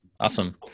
Awesome